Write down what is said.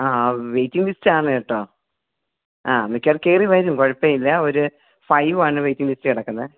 ആ ആ വെയ്റ്റിംഗ് ലിസ്റ്റാണ് കേട്ടോ ആ മിക്കവാറും കയറിവരും കുഴപ്പമില്ല ഒരു ഫൈവാണ് വെയ്റ്റിംഗ് ലിസ്റ്റ് കിടക്കുന്നത്